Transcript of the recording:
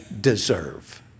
deserve